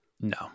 No